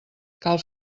cal